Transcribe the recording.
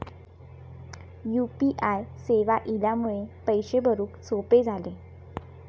U P I सेवा इल्यामुळे पैशे भरुक सोपे झाले